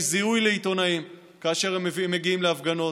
זיהוי לעיתונאים כאשר הם מגיעים להפגנות.